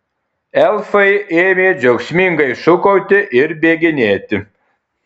elfai ėmė džiaugsmingai šūkauti ir bėginėti